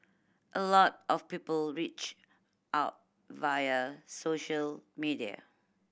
a lot of people reach out via social media